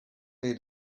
they